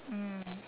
mm